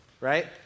right